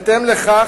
בהתאם לכך,